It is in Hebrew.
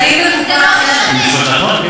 הם נמצאים בקופה אחרת.